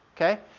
okay